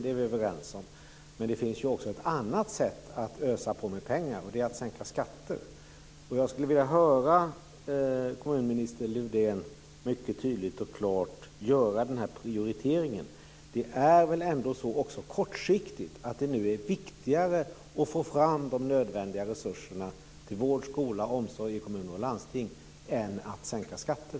Det är vi överens om. Men det finns också ett annat sätt att ösa på med pengar. Det är att sänka skatter. Jag skulle vilja höra kommunminister Lövdén mycket tydligt och klart göra en prioritering. Det är väl ändå så, även kortsiktigt, att det nu är viktigare att få fram de nödvändiga resurserna till vård, skola och omsorg i kommuner och landsting än att sänka skatten?